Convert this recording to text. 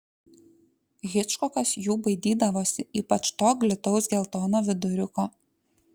hičkokas jų baidydavosi ypač to glitaus geltono viduriuko